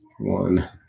one